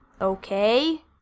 Okay